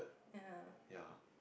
ya